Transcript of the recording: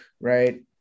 right